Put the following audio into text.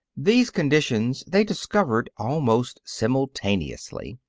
these conditions they discovered almost simultaneously.